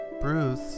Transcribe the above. Bruce